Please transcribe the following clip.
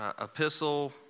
epistle